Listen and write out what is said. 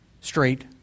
straight